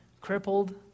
crippled